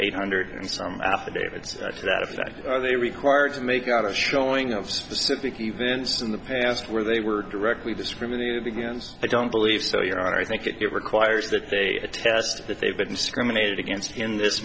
eight hundred and some affidavits to that effect are they required to make out a showing of specific events in the past where they were directly discriminated against i don't believe so your honor i think it requires that they attest that they've been discriminated against in this